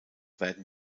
werden